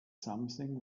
something